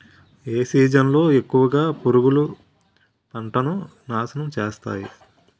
ఏ season లో ఎక్కువుగా పురుగులు పంటను నాశనం చేస్తాయి?